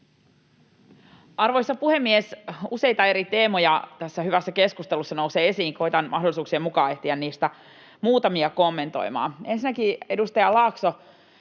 Arvoisa puhemies! Useita eri teemoja tässä hyvässä keskustelussa nousee esiin. Koetan mahdollisuuksien mukaan ehtiä niistä muutamia kommentoimaan. Ensinnäkin, edustaja Laakso,